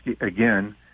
again